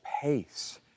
pace